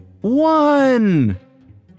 One